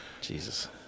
Jesus